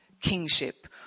kingship